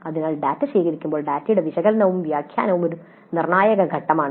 അതിനാൽ ഡാറ്റ ശേഖരിക്കുമ്പോൾ ഡാറ്റയുടെ വിശകലനവും വ്യാഖ്യാനവും ഒരു നിർണായക ഘടകമാണ്